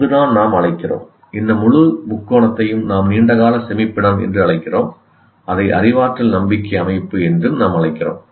அங்குதான் நாம் அழைக்கிறோம் இந்த முழு முக்கோணத்தையும் நாம் நீண்ட கால சேமிப்பிடம் என்று அழைக்கிறோம் அதை அறிவாற்றல் நம்பிக்கை அமைப்பு என்றும் நாம் அழைக்கிறோம்